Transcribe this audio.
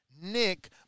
Nick